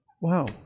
Wow